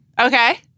Okay